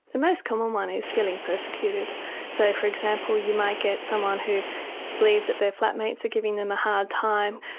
the most common one is feeling persecuted so for example you might get someone who believes that their flatmates are giving them a hard time.